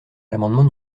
l’amendement